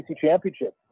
championship